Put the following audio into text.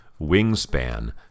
Wingspan